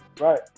Right